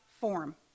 form